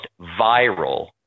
viral